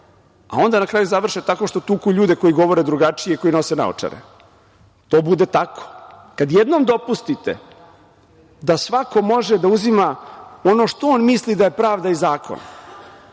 a onda na kraju završe tako što tuku ljude koji govore drugačije, koji nose naočare. To bude tako. Kad jednom dopustite da svako može da uzima ono što on misli da je pravda i zakon